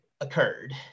occurred